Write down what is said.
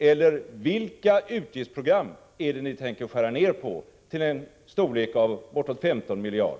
Eller vilka utgiftsprogram är det ni tänker skära ned till en storlek av bortåt 15 miljarder?